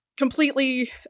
completely